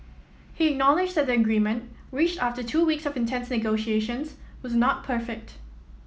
he acknowledged that the agreement reached after two weeks of intense negotiations was not perfect